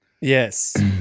Yes